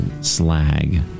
slag